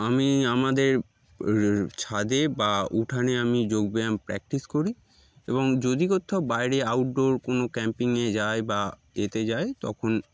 আমি আমাদের ছাদে বা উঠানে আমি যোগব্যায়াম প্র্যাকটিস করি এবং যদি কোথাও বাইরে আউটডোর কোনো ক্যাম্পিংয়ে যায় বা এতে যাই তখন